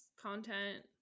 content